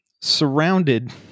surrounded